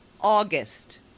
August